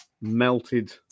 melted